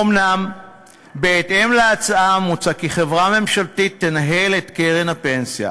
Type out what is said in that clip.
אומנם בהתאם להצעה מוצע כי חברה ממשלתית תנהל את קרן הפנסיה,